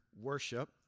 worship